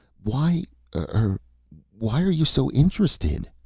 why er why are you so interested?